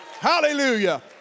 Hallelujah